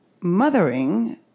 mothering